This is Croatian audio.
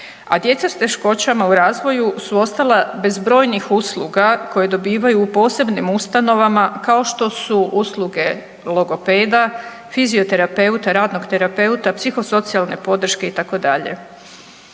a djeca s teškoćama u razvoju su ostala bez brojnih usluga koje dobivaju u posebnim ustanovama, kao što su usluge logopeda, fizioterapeuta, radnog terapeuta, psihosocijalne podrške itd.